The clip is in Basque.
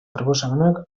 proposamenak